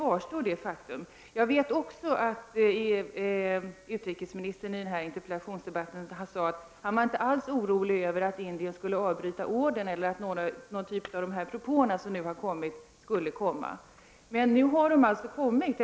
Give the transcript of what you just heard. Utrikesministern sade i den aktuella interpellationsdebatten att han inte alls var orolig för att Indien skulle avbryta ordern eller för att propåer av den typ som nu har kommit skulle komma. Propåer har alltså kommit.